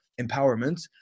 empowerment